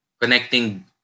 connecting